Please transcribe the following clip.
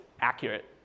accurate